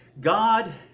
God